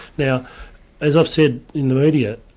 now as i've said in the media,